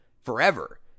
forever